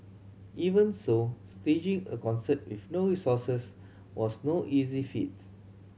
even so staging a concert with no resources was no easy feats